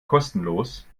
kostenlos